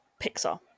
Pixar